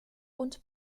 und